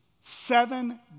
seven